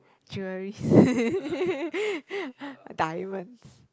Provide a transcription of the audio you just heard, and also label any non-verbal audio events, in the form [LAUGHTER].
jewelries [BREATH] [LAUGHS] diamonds